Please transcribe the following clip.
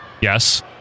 Yes